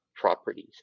properties